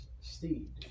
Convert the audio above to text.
steed